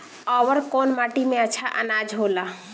अवर कौन माटी मे अच्छा आनाज होला?